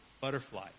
butterfly